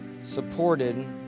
supported